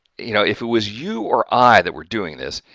you know, if it was you or i that were doing this,